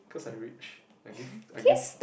cause I reach I give I give